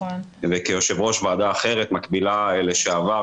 וכיושב-ראש ועדה מקבילה לשעבר,